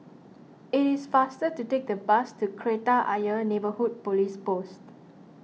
it is faster to take the bus to Kreta Ayer Neighbourhood Police Post